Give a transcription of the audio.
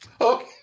Okay